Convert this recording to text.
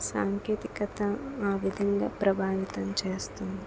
సాంకేతికత ఆ విధంగా ప్రభావితం చేస్తుంది